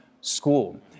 school